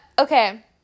Okay